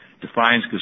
defines